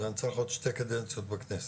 אני צריך עוד שתי קדנציות בכנסת.